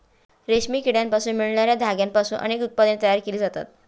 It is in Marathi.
रेशमी किड्यांपासून मिळणार्या धाग्यांपासून अनेक उत्पादने तयार केली जातात